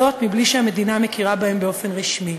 זאת מבלי שהמדינה מכירה בהם באופן רשמי.